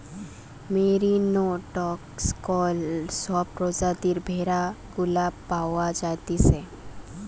merino, texel সব প্রজাতির ভেড়া গুলা পাওয়া যাইতেছে